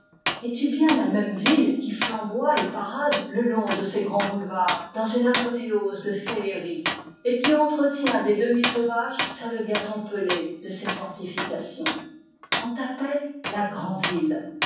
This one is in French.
es-tu bien la même ville qui flamboie et parade le long de ses grands boulevards dans une apothéose de féerie et qui entretient des demi sauvages sur le gazon pelé de ses fortifications on t'appelle la